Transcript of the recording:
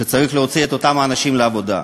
שצריך להוציא את אותם אנשים לעבודה?